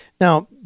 Now